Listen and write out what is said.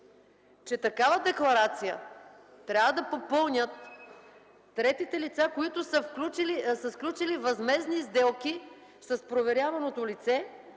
че такава декларация трябва да попълнят третите лица, които са сключили възмездни сделки с проверяваното лице,